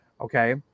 okay